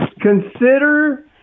consider